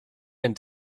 and